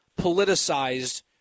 politicized –